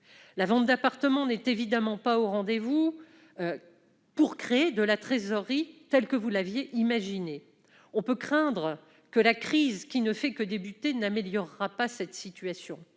La vente d'appartements n'est évidemment pas au rendez-vous pour créer de la trésorerie ainsi que vous l'aviez imaginé. On peut craindre que la crise, qui ne fait que commencer, n'améliore pas la situation.